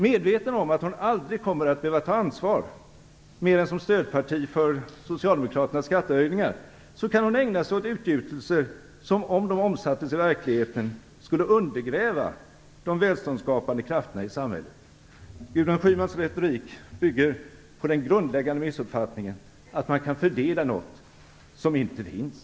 Medveten om att hon aldrig kommer att behöva ta ansvar, mer än som stödparti för socialdemokraternas skattehöjningar, kan hon ägna sig åt utgjutelser som, om de omsattes i verkligheten, skulle undergräva de välståndsskapande krafterna i samhället. Gudrun Schymans retorik bygger på den grundläggande missuppfattningen att man kan fördela något som inte finns.